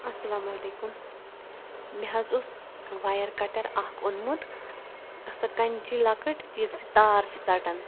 اَلسلامُ علیکُم مےٚ حظ اوس وایَر کَٹَر اَکھ اوٚنمُت سۄ کَنٛچی لۄکٕٹۍ ییٚمہِ سۭتۍ تار چھِ ژَٹان